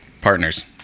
partners